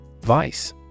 Vice